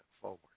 forward